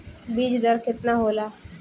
बीज दर केतना होला?